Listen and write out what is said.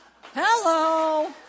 Hello